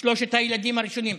שלושת הילדים הראשונים.